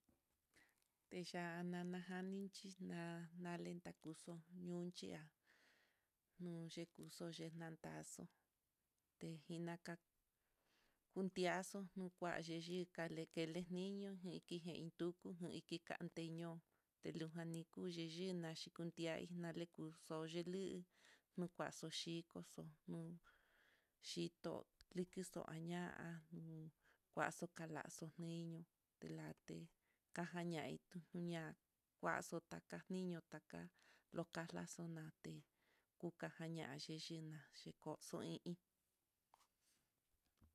Te ya'a nana jani xhinana lenta kuxo'o, nu ni'a nuyii yuxo'o yenantaxo, tejinaka tiaxo no kuayi yikale kele niño ku inki ante ñoo, teluyi kuu nininá xhikuntia nalekui xoc no kuaxo xhikoxo, nuu xhitó likixo'o aña'a no kuaxo kalaxo niño telate kañaitu ña'a axotaka niño taka lokana xona té kuka jañaxe teyinaxe koxo'o in.